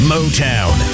Motown